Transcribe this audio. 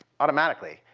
automatically,